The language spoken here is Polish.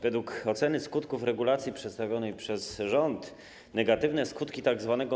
Według oceny skutków regulacji przedstawionej przez rząd negatywne skutki tzw.